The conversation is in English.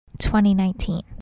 2019